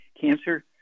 Cancer